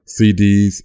CDs